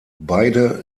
beide